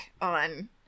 on